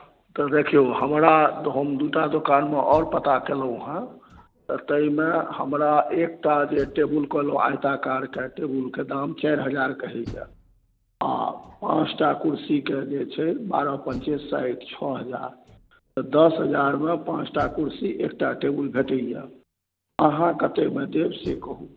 देखियौ हमरा हम दूटा दोकानमे आओर पता केलहुँ हेँ तऽ ताहिमे हमरा एकटा जे टेबुल कहलहुँ आयताकारके टेबुलके दाम चारि हजार कहैए हँ पाँचटा कुर्सी के जे छै बारह पञ्चे साठि छओ हजार तऽ दस हजारमे पाँचटा कुर्सी एकटा टेबुल भेटैए अहाँ कतेकमे देब से कहू